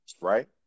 right